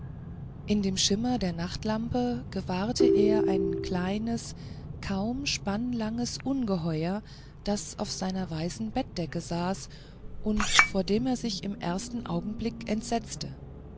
in dem schimmer der nachtlampe gewahrte er ein kleines kaum spannlanges ungeheuer das auf seiner weißen bettdecke saß und vor dem er sich im ersten augenblick entsetzte